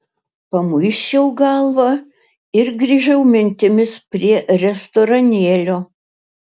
pamuisčiau galvą ir grįžau mintimis prie restoranėlio